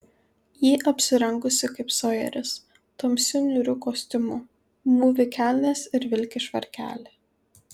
ji apsirengusi kaip sojeris tamsiu niūriu kostiumu mūvi kelnes ir vilki švarkelį